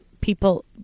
people